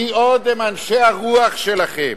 מי עוד הם אנשי הרוח שלכם?